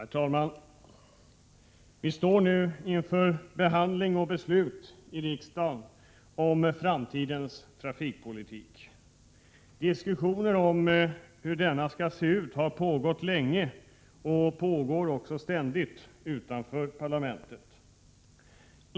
Herr talman! Vi står nu inför behandling och beslut i riksdagen om framtidens trafikpolitik. Diskussioner om hur denna skall se ut har pågått länge och pågår också ständigt utanför parlamentet.